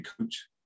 coach